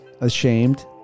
Ashamed